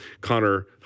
Connor